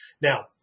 Now